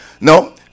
No